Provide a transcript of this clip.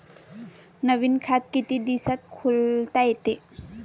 नवीन खात कितीक दिसात खोलता येते?